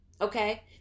okay